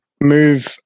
move